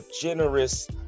generous